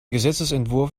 gesetzesentwurf